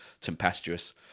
tempestuous